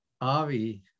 avi